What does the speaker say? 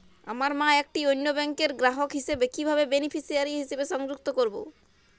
আমার মা একটি অন্য ব্যাংকের গ্রাহক হিসেবে কীভাবে বেনিফিসিয়ারি হিসেবে সংযুক্ত করব?